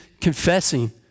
confessing